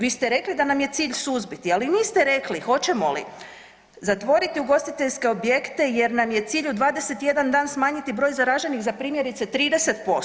Vi ste rekli da nam je cilj suzbiti, ali niste rekli hoćemo li zatvoriti ugostiteljske objekte jer nam je cilj u 21 dan smanjiti broj zaraženih za primjerice 30%